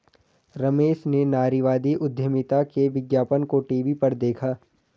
रमेश ने नारीवादी उधमिता के विज्ञापन को टीवी पर देखा